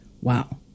Wow